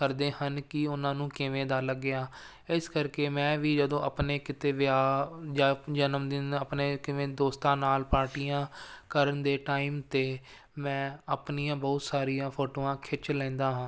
ਕਰਦੇ ਹਨ ਕਿ ਉਹਨਾਂ ਨੂੰ ਕਿਵੇਂ ਦਾ ਲੱਗਿਆ ਇਸ ਕਰਕੇ ਮੈਂ ਵੀ ਜਦੋਂ ਆਪਣੇ ਕਿਤੇ ਵਿਆਹ ਜਾਂ ਜਨਮਦਿਨ ਆਪਣੇ ਕਿਵੇਂ ਦੋਸਤਾਂ ਨਾਲ ਪਾਰਟੀਆਂ ਕਰਨ ਦੇ ਟਾਈਮ 'ਤੇ ਮੈਂ ਆਪਣੀਆਂ ਬਹੁਤ ਸਾਰੀਆਂ ਫੋਟੋਆਂ ਖਿੱਚ ਲੈਂਦਾ ਹਾਂ